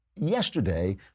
Yesterday